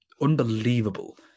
unbelievable